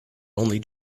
only